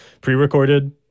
pre-recorded